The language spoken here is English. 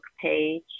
page